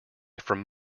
from